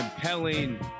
compelling